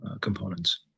components